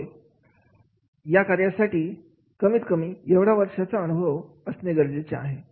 होय या कार्यासाठी कमीतकमी एवढा वर्षांचा अनुभव असणे गरजेचे आहे